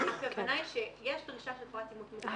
הכוונה היא שיש דרישה של פרט אימות מוגבר